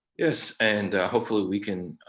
yes. and hopefully we can